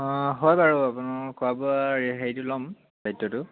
অঁ হয় বাৰু আপোনালোকৰ খোৱা বোৱা হেৰিটো ল'ম দায়িত্বটো